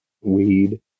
weed